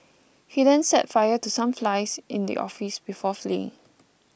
he then set fire to some flies in the office before fleeing